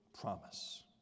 promise